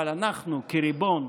אבל אנחנו כריבון,